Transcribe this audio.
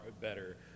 better